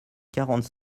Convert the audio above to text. quarante